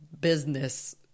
business